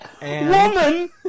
Woman